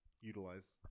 utilize